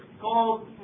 called